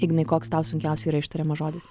ignai koks tau sunkiausiai yra ištariamas žodis